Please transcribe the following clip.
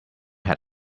had